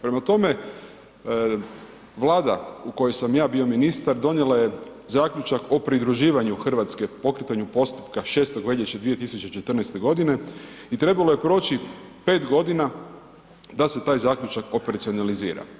Prema tome, Vlada u kojoj sam ja bio ministar, donijela je zaključak o pridruživanju Hrvatske, pokretanju postupka 6. veljače 2014. godine i trebalo je proći 5 godina da se taj zaključak operacionalizira.